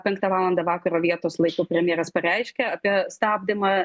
penktą valandą vakaro vietos laiku premjeras pareiškė apie stabdymą